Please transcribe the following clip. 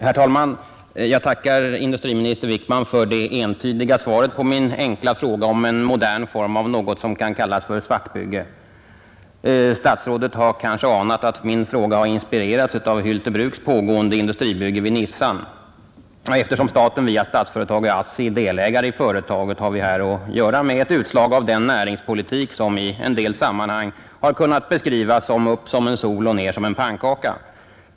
Herr talman! Jag tackar industriminister Wickman för det entydiga svaret på min enkla fråga om en modern form av något som kan kallas för svartbygge. Statsrådet har kanske anat att min fråga har inspirerats av Hylte Bruks pågående industribygge vid Nissan. Eftersom staten via Statsföretag och ASSI är delägare i företaget har vi här att göra med ett utslag av den näringspolitik som i en del sammanhang har kunnat beskrivas som ”upp som en sol och ner som en pannkaka”.